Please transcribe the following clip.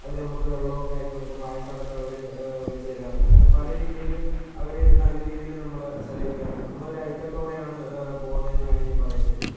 അവർ നമുക്ക് വെള്ളവും കാര്യങ്ങളും ഇപ്പോൾ പായസം അടക്കം അവർ വച്ച് തരാറുണ്ട് അങ്ങനെ പല രീതിയിലും അവർ നല്ല രീതിയിൽ നമ്മളെ സഹകരിക്കാറുണ്ട് നമ്മളൊരു ഐക്യത്തോടെയാണ് പോകുന്നത് എന്ന് വേണമെങ്കിൽ പറയാൻ പറ്റും